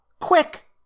Quick